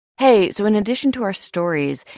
hey. so in addition to our stories,